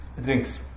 drinks